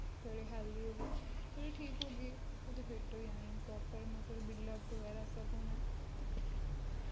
थोह्ड़े हैल्दी होग्गे मतलव ठीक होग्गे ते फिट होई जाने प्रापर मसल बिल्ड अप बगैरा सब होना ऐ